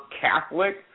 Catholic